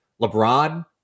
LeBron